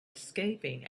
escaping